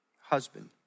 husband